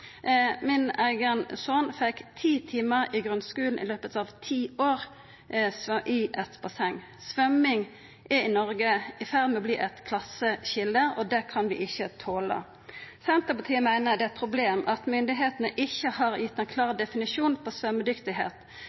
Min eigen son fekk 10 timar i eit basseng i løpet av ti år i grunnskulen. Svømming er i ferd med å verta eit klasseskilje i Noreg, og det kan vi ikkje tola. Senterpartiet meiner det er eit problem at myndigheitene ikkje har gitt ein klar definisjon på